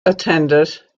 attended